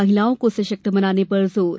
महिलाओं को सशक्त बनाने पर जोर